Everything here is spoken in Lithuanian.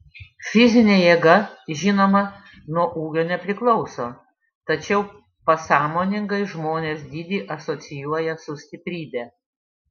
fizinė jėga žinoma nuo ūgio nepriklauso tačiau pasąmoningai žmonės dydį asocijuoja su stiprybe